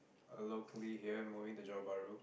I'm locally here I'm moving to Johor-Bahru